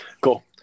cool